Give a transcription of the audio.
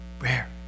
rare